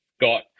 got